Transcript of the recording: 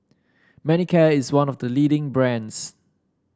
Manicare is one of the leading brands